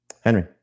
Henry